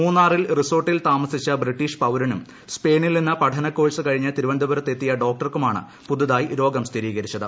മൂന്നാറിൽ റിസോർട്ടിൽ താമസിച്ച ബ്രിട്ടീഷ് പൌരനും സ്പെയിനിൽ നിന്ന് പഠനകോഴ്സ് കഴിഞ്ഞ് തിരുവനന്തപുരത്ത് എത്തിയ ഡോക്ടർക്കുമാണ് പുതുതായി രോഗം സ്ഥിരീകരിച്ചത്